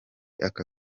aka